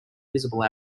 visible